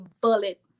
bullet